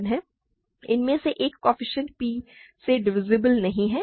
इनमें से एक कोएफ़िशिएंट् p से डिवीसीब्ल नहीं है